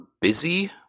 busy